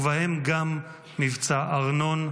ובהם גם מבצע ארנון,